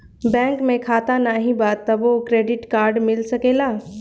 Bank में खाता नाही बा तबो क्रेडिट कार्ड मिल सकेला?